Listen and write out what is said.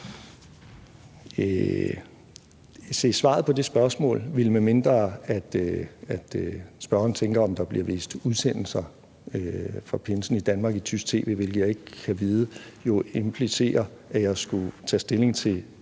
Se, svaret på det spørgsmål ville, medmindre spørgeren tænker, om der bliver vist udsendelser fra pinsen i Danmark i tysk tv, hvilket jeg ikke kan vide, jo implicere, at jeg skulle tage stilling til